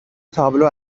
تابلو